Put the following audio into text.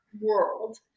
world